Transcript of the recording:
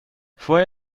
fue